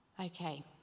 Okay